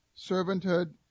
Servanthood